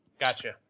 Gotcha